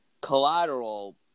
Collateral